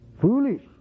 foolish